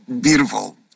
beautiful